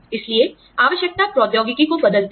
इसलिए आवश्यकता प्रौद्योगिकी को बदलती है